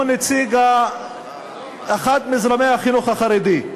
הוא נציג אחד מזרמי החינוך החרדי.